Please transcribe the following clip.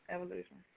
Evolution